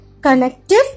connective